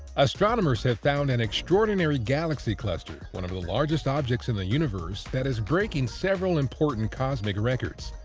astronomers have found an extraordinary galaxy cluster, one of the largest objects in the universe, that is breaking several important cosmic records.